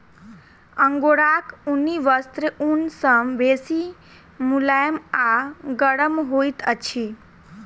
अंगोराक ऊनी वस्त्र ऊन सॅ बेसी मुलैम आ गरम होइत अछि